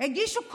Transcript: הגישו קובלנות.